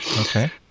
Okay